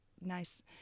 nice